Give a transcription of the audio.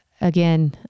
again